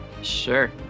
Sure